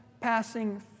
passing